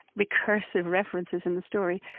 recursive references in the story.